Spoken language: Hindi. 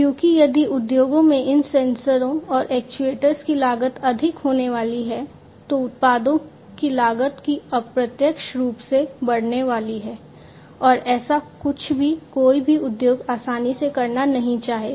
क्योंकि यदि उद्योगों में इन सेंसरों और एक्ट्यूएटर्स की लागत अधिक होने वाली है तो उत्पादों की लागत भी अप्रत्यक्ष रूप से बढ़ने वाली है और ऐसा कुछ भी कोई भी उद्योग आसानी से करना नहीं चाहेगा